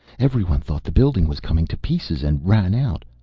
every one thought the building was coming to pieces, and ran out.